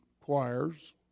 choirs